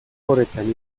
horretan